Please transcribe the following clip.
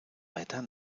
weiter